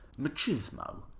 machismo